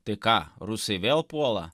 tai ką rusai vėl puola